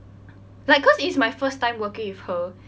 like cause it's my first time working with her